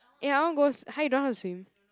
eh I want go !huh! you don't know how to swim